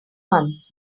months